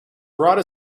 brought